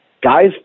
guys